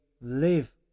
live